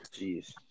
Jeez